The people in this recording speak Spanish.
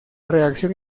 reacción